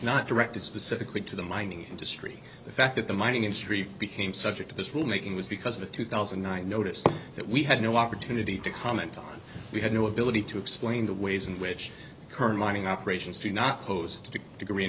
not directed specifically to the mining industry the fact that the mining industry became subject to this rule making was because of a two thousand and nine notice that we had no opportunity to comment on we had no ability to explain the ways in which current mining operations do not pose to the degree in